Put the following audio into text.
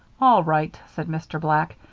all right, said mr. black,